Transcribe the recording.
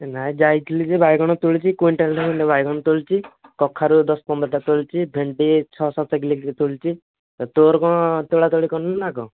ନାଇଁ ଯାଇଥିଲି ଯେ ବାଇଗଣ ତୋଳିଛି କୁଇଣ୍ଟାଲ୍ଟେ ଖଣ୍ଡେ ବାଇଗଣ ତୋଳିଛି କଖାରୁ ଦଶ ପନ୍ଦରଟା ତୋଳିଛି ଭେଣ୍ଡି ଛଅ ସାତ କିଲେ ତୋଳିଛି ତୋର କ'ଣ ତୋଳାତୋଳି କରିନୁ ନା କ'ଣ